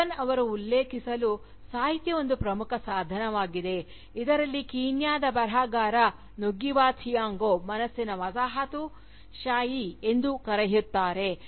Huggan ಅವರನ್ನು ಉಲ್ಲೇಖಿಸಲು "ಸಾಹಿತ್ಯವು ಒಂದು ಪ್ರಮುಖ ಸಾಧನವಾಗಿದೆ ಇದರಲ್ಲಿ ಕೀನ್ಯಾದ ಬರಹಗಾರ ನ್ಗುಗಿ ವಾ ಥಿಯೊಂಗೊ ಮನಸ್ಸಿನ ವಸಾಹತುಶಾಹಿ ಎಂದು ಕರೆಯುತ್ತಾರೆ